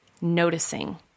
noticing